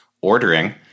ordering—